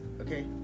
okay